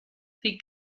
they